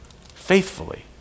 faithfully